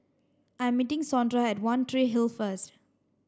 I'm meeting Sondra at One Tree Hill first